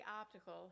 Optical